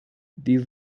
this